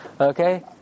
Okay